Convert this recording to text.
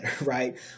right